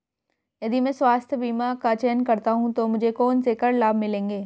यदि मैं स्वास्थ्य बीमा का चयन करता हूँ तो मुझे कौन से कर लाभ मिलेंगे?